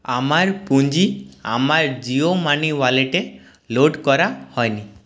আমার পুঁজি আমার জিও মানি ওয়ালেটে লোড করা হয়নি